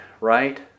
right